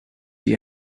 you